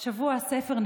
נפתח שבוע הספר,